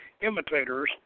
imitators